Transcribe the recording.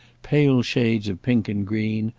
pale shades of pink and green,